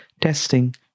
testing